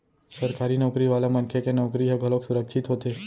सरकारी नउकरी वाला मनखे के नउकरी ह घलोक सुरक्छित होथे